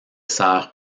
serre